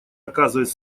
оказывать